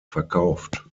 verkauft